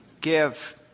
Give